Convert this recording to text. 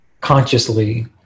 consciously